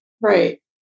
Right